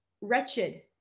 wretched